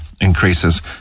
increases